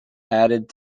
added